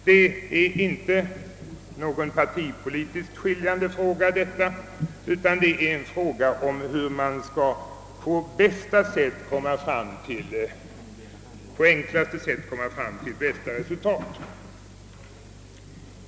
Detta är inte någon partipolitiskt skiljande fråga, utan det är en fråga om hur man på enklaste sätt skall komma fram till bästa möjliga resultat.